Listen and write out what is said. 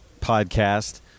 podcast